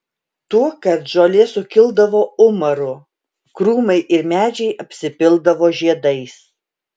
tuokart žolė sukildavo umaru krūmai ir medžiai apsipildavo žiedais